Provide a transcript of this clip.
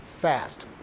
fast